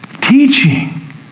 teaching